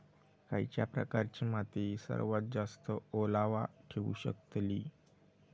खयच्या प्रकारची माती सर्वात जास्त ओलावा ठेवू शकतली?